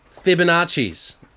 Fibonacci's